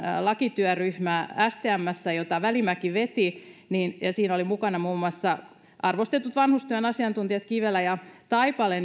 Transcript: lakityöryhmä jota välimäki veti ja siinä olivat mukana muun muassa arvostetut vanhustyön asiantuntijat kivelä ja taipale